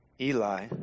Eli